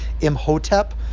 Imhotep